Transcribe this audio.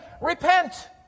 repent